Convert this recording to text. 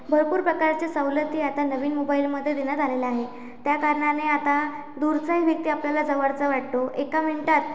भरपूर प्रकारच्या सवलती आता नवीन मोबाईलमध्ये देण्यात आलेल्या आहे त्या कारणाने आता दूरचाही व्यक्ती आपल्याला जवळचा वाटतो एका मिनिटात